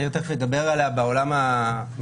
מאיר תיכף ידבר עליה בעולם המשפטי,